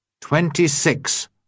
Twenty-six